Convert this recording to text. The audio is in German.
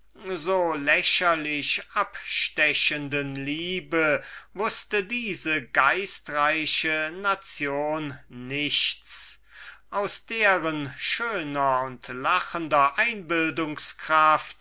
so lächerlich abstechenden liebe wußte diese geistreiche nation nichts aus deren schöner und lachender